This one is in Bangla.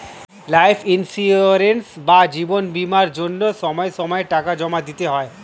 লাইফ ইন্সিওরেন্স বা জীবন বীমার জন্য সময় সময়ে টাকা জমা দিতে হয়